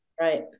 Right